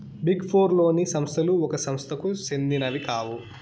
big four లోని సంస్థలు ఒక సంస్థకు సెందినవి కావు